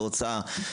בהוצאה,